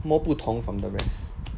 more 不同 from the rest